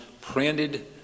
printed